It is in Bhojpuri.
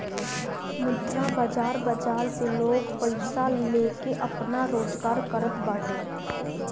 मुद्रा बाजार बाजार से लोग पईसा लेके आपन रोजगार करत बाटे